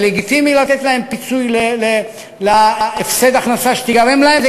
זה לגיטימי לתת להם פיצוי על הפסד ההכנסה שייגרם להם,